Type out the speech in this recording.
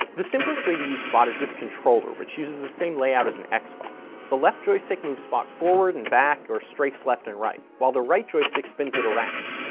the simplest way to use spot is this controller, which uses the same layout as an xbox. the left joystick moves spot forward and back, or strafes left and right, while the right joystick spins it around.